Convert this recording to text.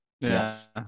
yes